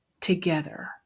together